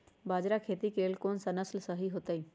बाजरा खेती के लेल कोन सा नसल के बीज सही होतइ?